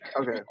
Okay